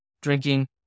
drinking